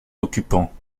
occupants